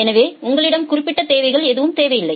எனவே உங்களிடம் குறிப்பிட்ட தேவைகள் எதுவும் இல்லை